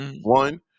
one